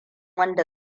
wanda